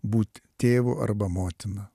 būt tėvu arba motina